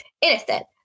innocent